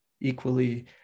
equally